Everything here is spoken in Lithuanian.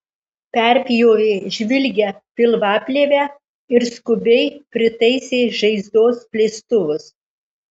perpjovė žvilgią pilvaplėvę ir skubiai pritaisė žaizdos plėstuvus